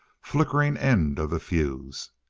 flickering end of the fuse.